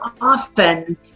often